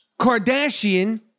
Kardashian